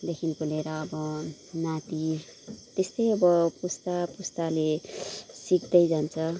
देखिको लिएर अब नाति त्यस्तै अब पुस्ता पुस्ताले सिक्दै जान्छ